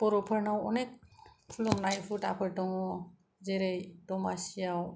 बर'फोरनाव अनेख खुलुमनाय हुदाफोर दङ जेरै दमासिआव